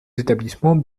établissements